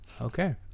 Okay